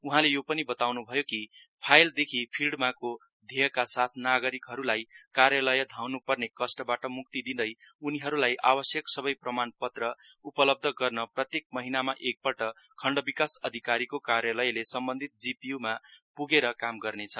उहाँले यो पनि बताउनु भयो कि फाइल देखि फिल्डमा को धेयका साथ नागरिकहरुलाई कार्यालय धाउन् पर्ने कष्टबाट मुक्ति दिँदै उनीहरुलाई आवस्यक सबै प्रमाणपत्र उपलब्ध गर्न प्रत्येक महीनामा एक पल्ट खण्ड विकास अधिकारीको कार्यलयले सम्बन्धित जीपीयू मा पुगेर काम गर्नेछ